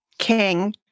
King